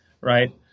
right